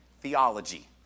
theology